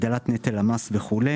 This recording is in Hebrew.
הגדלת נטל המס וכו'?